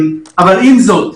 עם זאת,